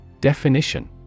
Definition